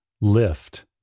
lift